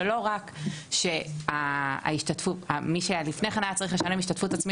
שלא רק שמי שהיה לפני כן היה צריך לשלם השתתפות עצמית